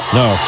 no